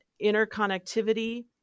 Interconnectivity